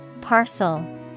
Parcel